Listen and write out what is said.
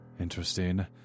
Interesting